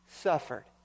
suffered